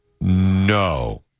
No